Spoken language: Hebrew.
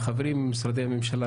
החברים ממשרדי הממשלה,